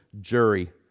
jury